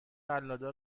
قلاده